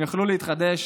הם יוכלו להתחדש